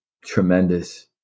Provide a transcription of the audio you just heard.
tremendous